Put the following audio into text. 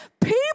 People